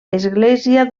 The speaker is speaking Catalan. església